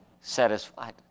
satisfied